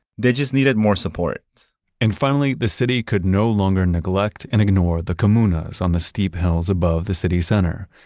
they just needed more support and finally, the city could no longer neglect and ignore the comunas on the steep hills above the city center.